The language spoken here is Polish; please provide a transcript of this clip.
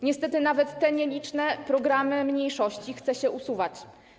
Niestety nawet nieliczne programy mniejszości chce się usuwać.